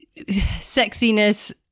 sexiness